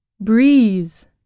Breeze